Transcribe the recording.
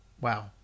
Wow